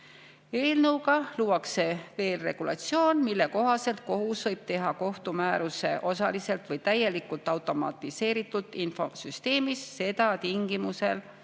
Eelnõuga luuakse veel regulatsioon, mille kohaselt kohus võib teha kohtumääruse osaliselt või täielikult automatiseeritud infosüsteemis, tingimusel,